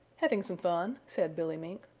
having some fun, said billy mink.